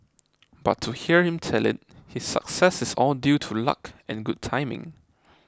but to hear him tell it his success is all due to luck and good timing